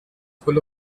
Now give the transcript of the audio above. full